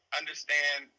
understand